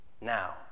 Now